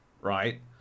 right